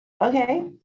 okay